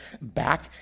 back